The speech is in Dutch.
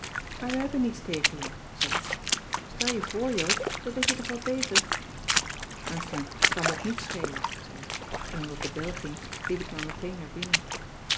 maar we hebben niets tegen je zei loutje stel je voor joop dat weet je toch wel beter enfin t kan me ook niets schelen zei ik en omdat de bel ging liep ik maar meteen naar binnen